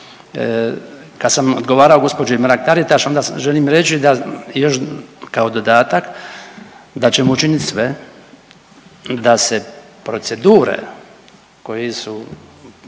Kad sam odgovarao gđi. Mrak-Taritaš, onda želim reći da još kao dodatak, da ćemo učinit sve da se procedure koji su